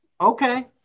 okay